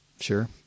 Sure